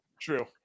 True